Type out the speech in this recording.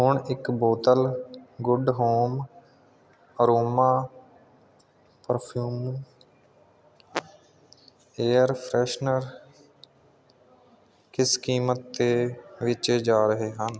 ਹੁਣ ਇੱਕ ਬੋਤਲ good home aroma perfume air freshener ਕਿਸ ਕੀਮਤ 'ਤੇ ਵੇਚੇ ਜਾ ਰਹੇ ਹਨ